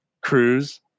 cruise